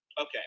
Okay